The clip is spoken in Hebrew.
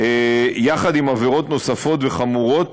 יחד עם עבירות נוספות וחמורות